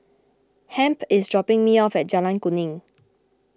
Hamp is dropping me off at Jalan Kuning